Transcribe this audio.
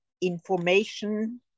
information